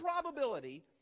probability